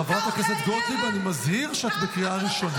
חברת הכנסת גוטליב, אני מזהיר שאת בקריאה ראשונה.